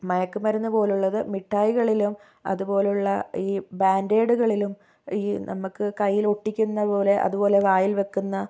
മയക്കുമരുന്ന് പോലുള്ളത് മിഠായികളിലും അതുപോലുള്ള ഈ ബാൻഡേർഡുകളിലും ഈ നമുക്ക് കയ്യിലൊട്ടിക്കുന്ന പോലെ അതുപോലെ വായിൽ വെക്കുന്ന